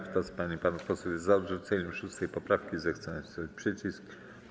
Kto z pań i panów posłów jest za odrzuceniem 6. poprawki, zechce nacisnąć przycisk.